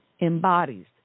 embodies